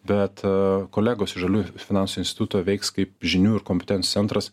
bet kolegos iš žaliųjų finansų instituto veiks kaip žinių ir kompetencijų centras